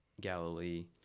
Galilee